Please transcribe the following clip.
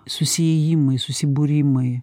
susiėjimai susibūrimai